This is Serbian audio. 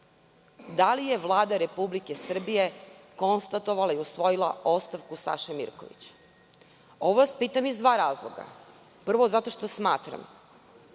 Da li je Vlada Republike Srbije konstatovala i usvojila ostavku Saše Mirkovića? Ovo vas pitam iz dva razloga. Prvo, zato što smatram